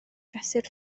fesur